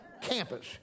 campus